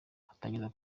atangiza